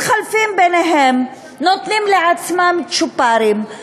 מתחלפים ביניהם, נותנים לעצמם צ'ופרים.